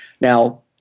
Now